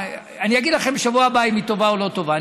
אני אגיד לכם בשבוע הבא אם היא טובה או לא טובה,